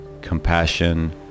Compassion